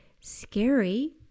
scary